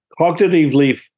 cognitively